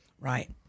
Right